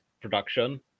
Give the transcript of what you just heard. production